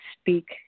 speak